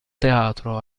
teatro